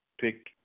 pick